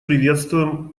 приветствуем